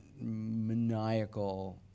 maniacal